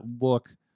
look